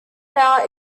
now